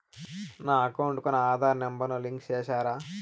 నా అకౌంట్ కు నా ఆధార్ నెంబర్ ను లింకు చేసారా